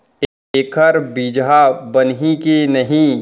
एखर बीजहा बनही के नहीं?